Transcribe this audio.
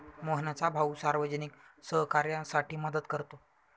मोहनचा भाऊ सार्वजनिक सहकार्यासाठी मदत करतो